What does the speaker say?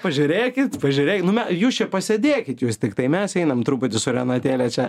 pažiūrėkit pažiūrėk nu jūs čia pasėdėkit jūs tiktai mes einam truputį su renatėle čia